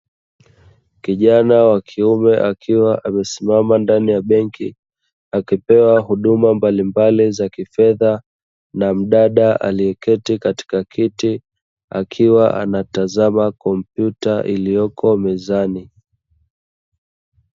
Kijana wa kiume akiwa amesimama ndani ya benki akipewa huduma mbalimbali za kifedha, na mdada huyo keti kwenye kiti akiwa anatazama kompyuta iliyoko mezani.